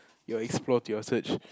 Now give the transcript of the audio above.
your explore to your search